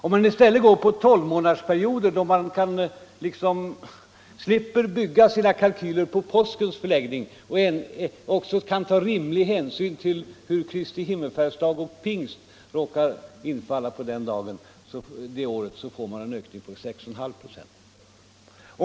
Om man i stället tar tolvmånadersperioder, så att man slipper bygga sina kalkyler på påskens förläggning och slipper ta hänsyn till hur Kristi himmelsfärdsdag och pingsten råkar infalla, får man en ökning av elförbrukningen på 6,5 96.